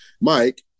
Mike